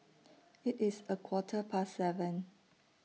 IT IS A Quarter Past seven